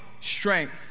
strength